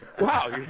Wow